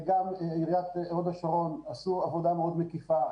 עיריית הוד השרון עשתה עבודה מאוד מקיפה,